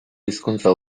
hizkuntza